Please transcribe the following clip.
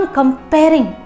comparing